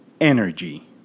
energy